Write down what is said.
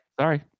Sorry